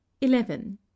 Eleven